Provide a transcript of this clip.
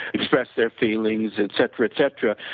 express their feelings, et cetera, et cetera,